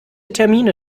termine